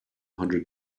hundred